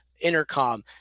Intercom